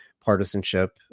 partisanship